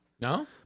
No